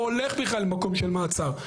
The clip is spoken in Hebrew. לא הולך בכלל למקום של מעצר,